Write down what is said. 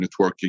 networking